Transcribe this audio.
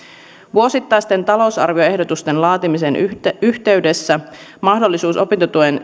vuosittaisten talousarvioehdotusten laatimisen yhteydessä mahdollisuus opintotuen